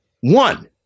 one